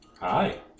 Hi